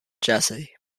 jazzy